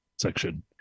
section